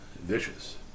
vicious